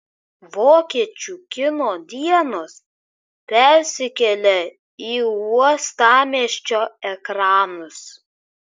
vokiečių kino dienos persikelia į uostamiesčio ekranus